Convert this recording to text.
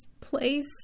place